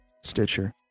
Stitcher